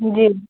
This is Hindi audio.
जी